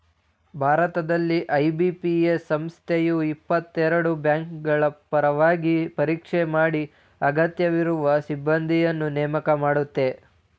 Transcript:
ಭಾರತದಲ್ಲಿ ಐ.ಬಿ.ಪಿ.ಎಸ್ ಸಂಸ್ಥೆಯು ಇಪ್ಪತ್ತಎರಡು ಬ್ಯಾಂಕ್ಗಳಪರವಾಗಿ ಪರೀಕ್ಷೆ ಮಾಡಿ ಅಗತ್ಯವಿರುವ ಸಿಬ್ಬಂದಿನ್ನ ನೇಮಕ ಮಾಡುತ್ತೆ